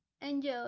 Enjoy